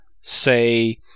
say